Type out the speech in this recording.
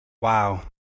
Wow